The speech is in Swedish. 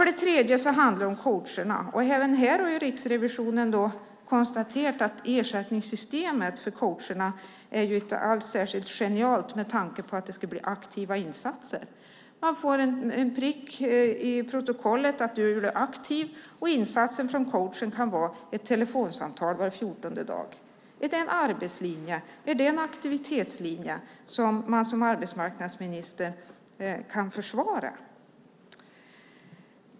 Sedan handlar det om coacherna, och även här har Riksrevisionen konstaterat att ersättningssystemet för coacherna inte alls är särskilt genialt med tanke på att det ska bli aktiva insatser. Man får en prick i protokollet som visar att man är aktiv, och insatsen från coachen kan vara ett telefonsamtal var fjortonde dag. Är det en arbetslinje? Är det en aktivitetslinje som man som arbetsmarknadsminister kan försvara?